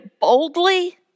boldly